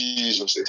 Jesus